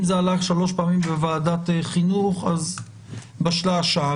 אם זה עלה שלוש פעמים בוועדת החינוך, בשלב השעה.